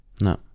No